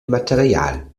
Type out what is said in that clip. material